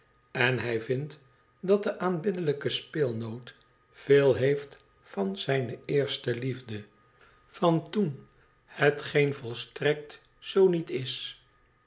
en hij vindt dat de aanbiddelijke speelnoot veel heeft van zijn eerste liefde van toen hetgeen vol strekt zoo niet is